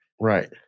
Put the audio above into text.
Right